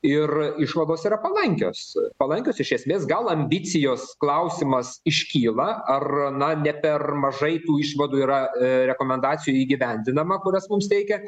ir išvados yra palankios palankios iš esmės gal ambicijos klausimas iškyla ar na ne per mažai tų išvadų yra rekomendacijų įgyvendinama kurias mums teikia